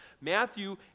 Matthew